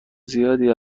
زیادی